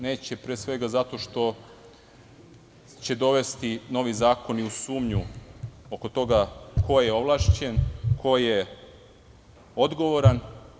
Neće, pre svega, zato što će novi zakoni dovesti u sumnju oko toga ko je ovlašćen, ko je odgovoran.